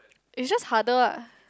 is just harder ah